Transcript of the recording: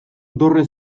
dorre